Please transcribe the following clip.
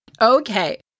Okay